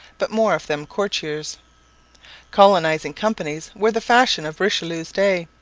but more of them courtiers colonizing companies were the fashion of richelieu's day.